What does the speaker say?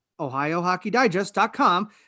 OhioHockeyDigest.com